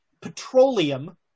petroleum